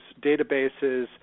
databases